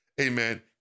amen